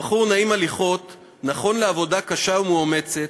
הבחור הוא נעים הליכות, נכון לעבודה קשה ומאומצת,